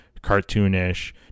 cartoonish